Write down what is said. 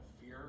fear